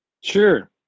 Sure